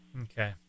Okay